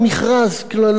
לא היה ביקוש,